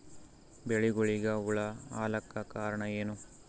ಬೆಳಿಗೊಳಿಗ ಹುಳ ಆಲಕ್ಕ ಕಾರಣಯೇನು?